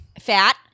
fat